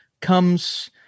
comes